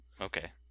okay